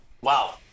Wow